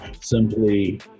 simply